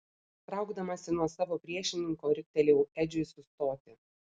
traukdamasi nuo savo priešininko riktelėjau edžiui sustoti